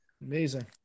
Amazing